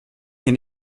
hier